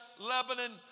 Lebanon